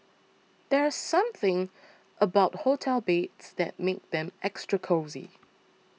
there's something about hotel beds that makes them extra cosy